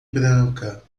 branca